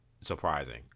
surprising